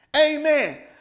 Amen